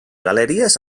galeries